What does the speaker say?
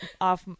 off